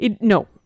No